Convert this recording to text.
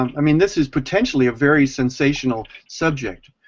um i mean this is potentially a very sensational subject,